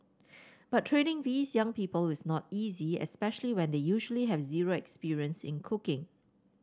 but training these young people is not easy especially when they usually have zero experience in cooking